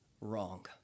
wrong